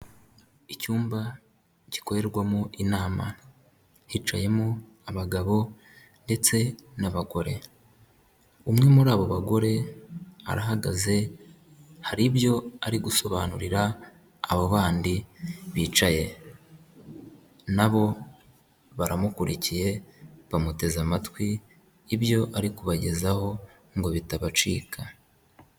Icyumba gikorerwamo inama hicayemo abagabo ndetse n'abagore, umwe muri abo bagore arahagaze, hari ibyo ari gusobanurira abo bandi bicaye, nabo baramukurikiye, bamuteze amatwi ibyo ari kubagezaho ngo bitabacika.